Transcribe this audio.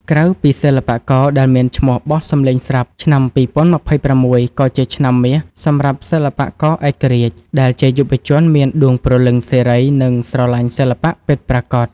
ក្រៅពីសិល្បករដែលមានឈ្មោះបោះសំឡេងស្រាប់ ឆ្នាំ ២០២៦ ក៏ជាឆ្នាំមាសសម្រាប់សិល្បករឯករាជ្យ ដែលជាយុវជនមានដួងព្រលឹងសេរី និងស្រឡាញ់សិល្បៈពិតប្រាកដ។